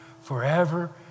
forever